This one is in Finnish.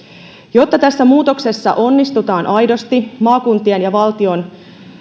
jotta tässä muutoksessa onnistutaan aidosti maakuntien ja valtion